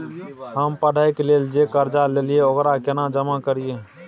हम पढ़े के लेल जे कर्जा ललिये ओकरा केना जमा करिए?